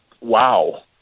wow